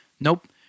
Nope